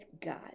God